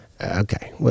Okay